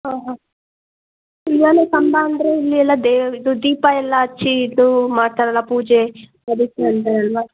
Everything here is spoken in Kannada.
ಹಾಂ ಹಾಂ ಉಯ್ಯಾಲೆ ಕಂಬ ಅಂದರೆ ಇಲ್ಲಿ ಎಲ್ಲ ದೇವ್ ಇದು ದೀಪ ಎಲ್ಲ ಹಚ್ಚಿ ಇದೂ ಮಾಡ್ತರಲ್ಲ ಪೂಜೆ ಅದಕ್ಕೆ ಅಂತರಲ್ಲವಾ